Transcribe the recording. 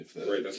Right